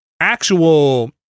Actual